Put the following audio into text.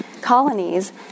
colonies